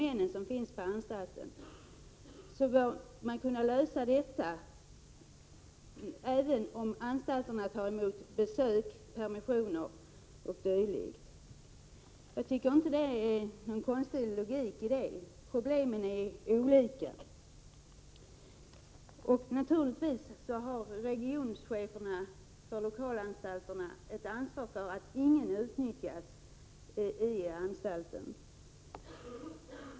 Även om anstalterna tar emot besök, ger permissioner o. d. är det lättare att där placera kvinnor som har problem med att de blir utnyttjade av männen som finns på anstalten. Och naturligtvis har regioncheferna för lokalanstalterna ett ansvar för att ingen utnyttjas på anstalten.